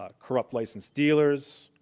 ah corrupt license dealers,